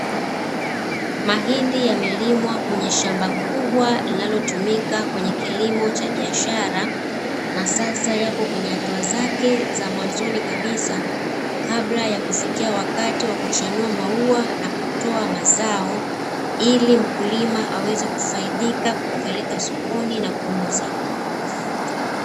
Mahindi yamelimwa kwenye shamba kubwa, linalotumika kwenye kilimo cha biashara, na sasa yapo kwenye hatua zake za mwanzoni kabisa, kabla ya kufikia wakati wa kuchanua maua, na kutoa mazao ili mkulima aweze kufaidika kupeleka sokoni na kuuza.